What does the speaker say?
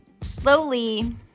slowly